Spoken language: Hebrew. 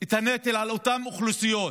את הנטל על אותן אוכלוסיות,